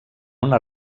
una